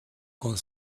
con